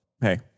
hey